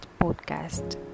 podcast